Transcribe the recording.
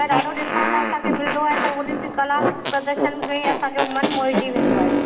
त ॾाढो ॾिसण लाइ असांखे मिलंदो आहे त उन्हनि जी कला प्रदर्शन में असांजो मनु मोहिजी वेंदो आहे